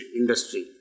industry